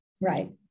Right